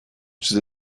چیز